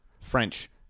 French